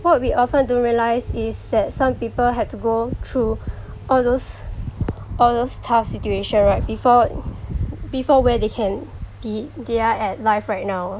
what we often don't realize is that some people had to go through all those all those tough situation right before before where they can be they are at life right now